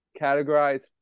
categorize